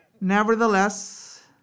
Nevertheless